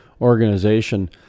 organization